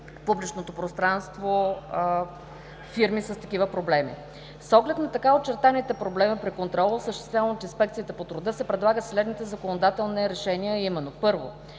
публичното пространство фирми с такива проблеми. „С оглед на така очертаните проблеми при контрола, осъществяван от Инспекцията по труда, се предлагат следните законодателни решения, а именно.